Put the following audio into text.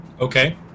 Okay